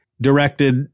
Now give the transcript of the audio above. directed